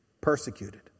persecuted